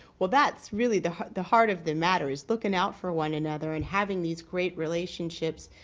well that's really the heart the heart of the matter is looking out for one another and having these great relationships.